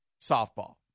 softball